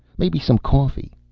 maybe some coffee.